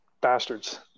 bastards